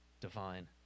divine